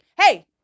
hey